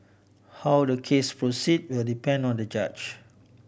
how the case proceed will depend on the judge